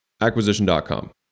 Acquisition.com